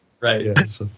right